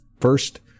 first